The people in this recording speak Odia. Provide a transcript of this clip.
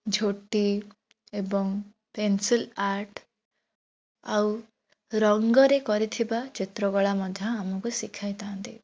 ଝୋଟି ଏବଂ ପେନ୍ସିଲ୍ ଆର୍ଟ ଆଉ ରଙ୍ଗରେ କରିଥିବା ଚିତ୍ରକଳା ମଧ୍ୟ ଆମକୁ ଶିଖାଇଥାନ୍ତି